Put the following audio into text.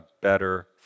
better